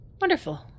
wonderful